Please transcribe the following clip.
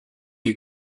you